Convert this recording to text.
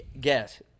guess